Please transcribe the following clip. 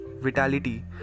vitality